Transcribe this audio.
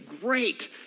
great